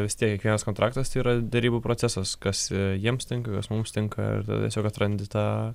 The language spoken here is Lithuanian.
vis tiek kiekvienas kontraktas yra derybų procesas kas jiems lengviau kas mums tinka tiesiog atrandi tą